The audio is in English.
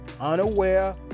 unaware